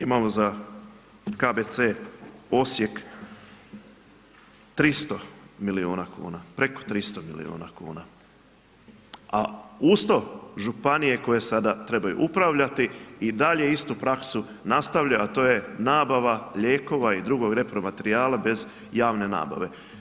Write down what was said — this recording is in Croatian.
Imamo za KBC Osijek 300 milijuna kuna, preko 300 milijuna kuna, a uz to, županije koje sada trebaju upravljati i dalje istu praksu nastavlja, a to je nabava lijekova i drugog repromaterijala bez javne nabave.